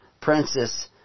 Princess